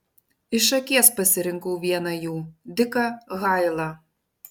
iš akies pasirinkau vieną jų diką hailą